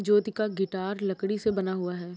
ज्योति का गिटार लकड़ी से बना हुआ है